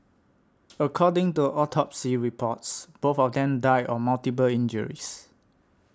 according to autopsy reports both of them died of multiple injuries